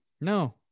No